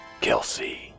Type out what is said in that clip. Kelsey